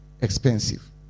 expensive